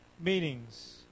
meetings